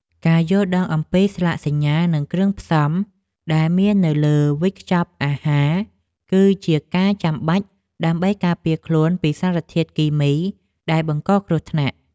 ការយល់ដឹងអំពីស្លាកសញ្ញា និងគ្រឿងផ្សំដែលមាននៅលើវេចខ្ចប់អាហារ គឺជាការចាំបាច់ដើម្បីការពារខ្លួនពីសារធាតុគីមីដែលបង្កគ្រោះថ្នាក់។